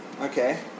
Okay